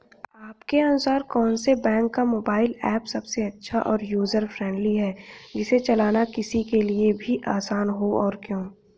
आपके अनुसार कौन से बैंक का मोबाइल ऐप सबसे अच्छा और यूजर फ्रेंडली है जिसे चलाना किसी के लिए भी आसान हो और क्यों?